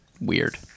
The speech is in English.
Weird